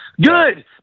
Good